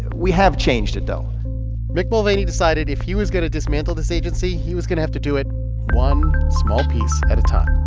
we have changed it, though mick mulvaney decided if he was going to dismantle this agency, he was going to have to do it one small piece at a time